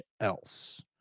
else